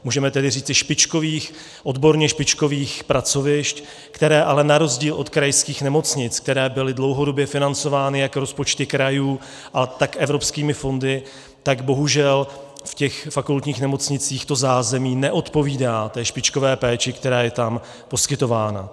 Můžeme tedy říci odborně špičkových pracovišť, která ale na rozdíl od krajských nemocnic, které byly dlouhodobě financovány jak rozpočty krajů, tak evropskými fondy, tak bohužel v těch fakultních nemocnicích to zázemí neodpovídá té špičkové péči, která je tam poskytována.